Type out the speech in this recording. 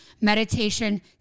meditation